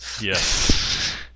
Yes